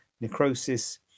Necrosis